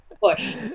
push